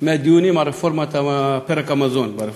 מהדיונים בפרק המזון ברפורמה,